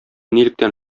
нилектән